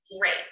great